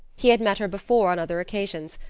he had met her before on other occasions,